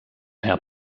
herr